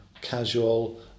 casual